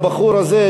הבחור הזה,